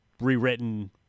rewritten